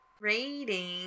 Rating